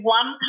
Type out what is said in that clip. one